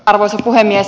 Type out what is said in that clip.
arvoisa puhemies